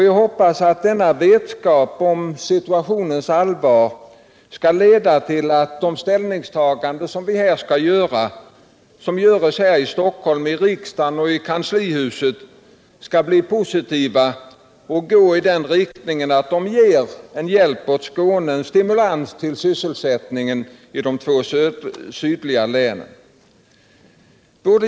Jag hoppas att denna vetskap om situationens allvar skall leda till att ställningstagandena här i Stockholm — i riksdagen och i kanslihuset — skall bli positiva och gå i den riktningen att de ger hjälp åt Skåne, en stimulans åt sysselsättningen i de två sydliga länen.